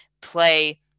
play